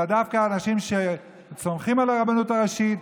אלא דווקא אנשים שסומכים על הרבנות הראשית,